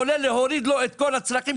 כולל להוריד לו את כל הצרכים,